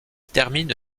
termine